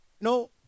No